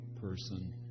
person